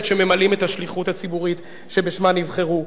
שממלאים את השליחות הציבורית שבשמה נבחרו.